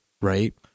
right